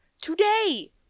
Today